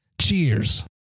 cheers